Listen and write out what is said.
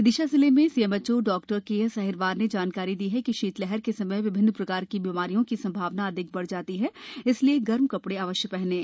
विदिशा जिले में सीएमएचओ डॉ केएस अहिरवार ने जानकारी दी कि शीतलहर के समय विभिन्न प्रकार की बीमारियों की संभावना अधिक बढ़ जाती है इसलिए गर्म कपड़े अवश्य पहनें